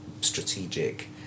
strategic